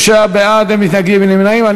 33 בעד, אין מתנגדים ואין נמנעים.